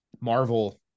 marvel